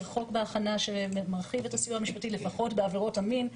חוק בהכנה שמרחיב את הסיוע המשפטי לפחות בעבירות המין,